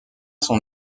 son